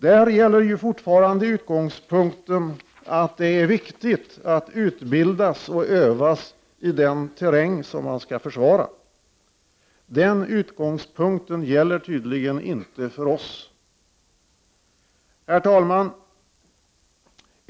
Fortfarande gäller utgångspunkten att det är viktigt att utbildas och övas i den terräng som man skall försvara. Den utgångspunkten gäller tydligen inte för oss. Herr talman!